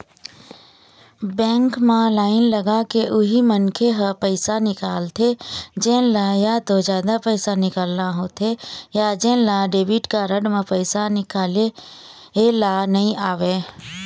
bank म line लगाके उही मनखे ह पइसा निकालथे जेन ल या तो जादा पइसा निकालना होथे या जेन ल डेबिट कारड म पइसा निकाले ल नइ आवय